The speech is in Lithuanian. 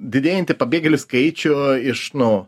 didėjantį pabėgėlių skaičių iš nu